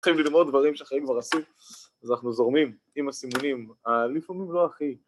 צריכים ללמוד דברים שהחיים כבר עשו, אז אנחנו זורמים עם הסימונים הלפעמים לא הכי